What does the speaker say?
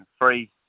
free